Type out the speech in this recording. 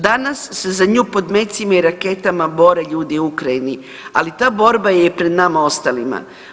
Danas se za nju pod mecima i raketama bore ljudi u Ukrajini, ali ta borba je i pred nama ostalima.